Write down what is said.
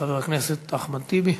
חבר הכנסת אחמד טיבי.